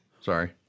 Sorry